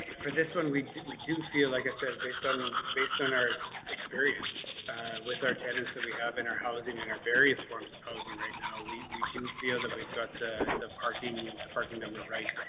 for this one we did, we do feel like i said based on based on our experience with our tenants that we have in our housing, in our various forms of housing right now we we do feel that we've got the the parking, the parking number right,